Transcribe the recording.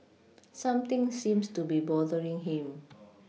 something seems to be bothering him